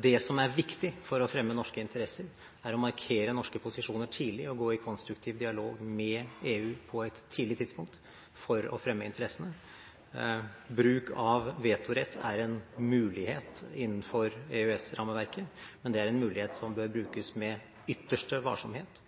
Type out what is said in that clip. Det som er viktig for å fremme norske interesser, er å markere norske posisjoner tidlig og gå i konstruktiv dialog med EU på et tidlig tidspunkt for å fremme interessene. Bruk av vetorett er en mulighet innenfor EØS-rammeverket, men det er en mulighet som bør brukes med ytterste varsomhet,